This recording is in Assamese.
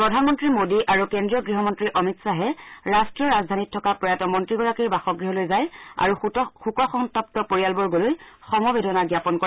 প্ৰধানমন্ত্ৰী মোদী আৰু কেন্দ্ৰীয় গৃহমন্ত্ৰী অমিত খাহে ৰাষ্টীয় ৰাজধানীত থকা প্ৰয়াত মন্ত্ৰীগৰাকীৰ বাসগৃহলৈ যায় আৰু শোক সন্তপ্ত পৰিয়ালবৰ্গলৈ সমবেদনা জ্ঞাপন কৰে